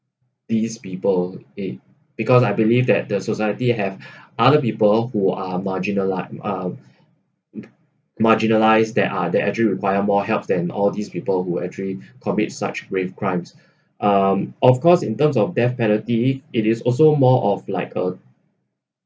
these people it because I believe that the society have other people who are marginal like uh and marginalised that are that actually require more help than all these people who actually terms of death penalty it is also more of like a